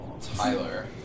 Tyler